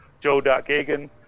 joe.gagan